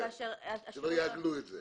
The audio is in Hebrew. כדי שלא יעגלו את זה.